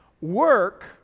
work